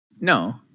No